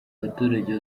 abaturage